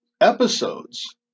episodes